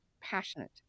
passionate